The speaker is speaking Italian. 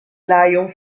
lion